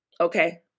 Okay